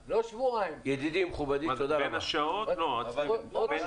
לא יתכן שיש לי דיון בבית משפט והם יקבעו לי